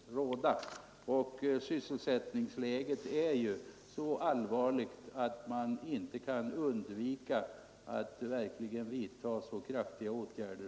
Sysselsättningsläget är ju så allvarligt att man inte kan undvika att vidta kraftigare årgärder.